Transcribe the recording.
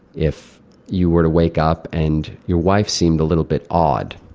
if you were to wake up and your wife seemed a little bit odd,